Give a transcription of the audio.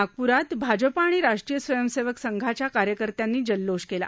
नागप्रात भाजपा आणि राष्ट्रीय स्वयंसेवक संघाच्या कार्यकर्त्यांनी जल्लोष केला